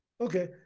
Okay